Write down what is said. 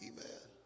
Amen